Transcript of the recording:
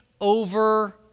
over